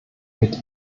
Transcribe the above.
mit